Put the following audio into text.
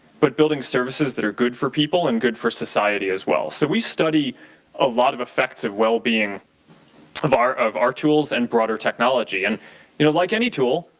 but building services that are good for people and good for society as well. so we study a lot of affects of well being of our of our tools and broader technology. and you know like any tool,